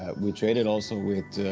we traded also with